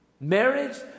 Marriage